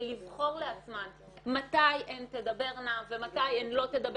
לבחור לעצמן מתי הן תדברנה ומתי הן לא תדברנה,